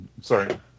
Sorry